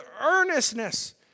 earnestness